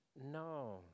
No